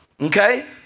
Okay